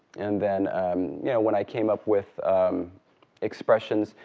and then um yeah when i came up with expressions,